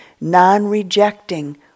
non-rejecting